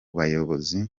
bayobozi